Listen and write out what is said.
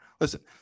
Listen